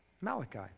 Malachi